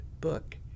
book